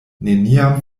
neniam